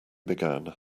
began